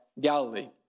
Galilee